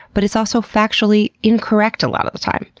but is ah so factually incorrect a lot of the time.